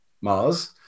mars